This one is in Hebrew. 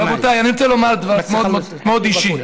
רבותיי, אני רוצה לומר משהו מאוד אישי,